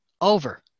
over